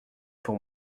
pour